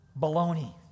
Baloney